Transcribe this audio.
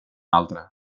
altre